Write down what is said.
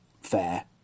fair